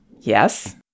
Yes